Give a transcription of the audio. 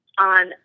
on